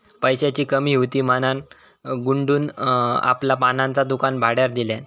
पैशाची कमी हुती म्हणान गुड्डून आपला पानांचा दुकान भाड्यार दिल्यान